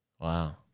wow